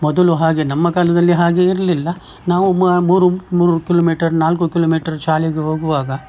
ಮೊದಲು ಹಾಗೆ ನಮ್ಮ ಕಾಲದಲ್ಲಿ ಹಾಗೆ ಇರಲಿಲ್ಲ ನಾವು ಮೂರು ಮೂರು ಕಿಲೋಮೀಟರ್ ನಾಲ್ಕು ಕಿಲೋಮೀಟರ್ ಶಾಲೆಗೆ ಹೋಗುವಾಗ